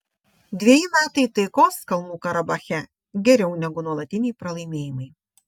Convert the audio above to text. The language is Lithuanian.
dveji metai taikos kalnų karabache geriau negu nuolatiniai pralaimėjimai